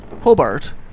Hobart